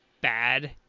bad